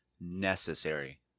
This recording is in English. necessary